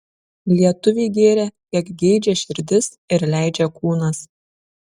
lietuviai gėrė kiek geidžia širdis ir leidžia kūnas